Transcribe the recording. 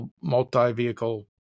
multi-vehicle